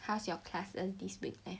how is your classes this week leh